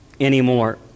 anymore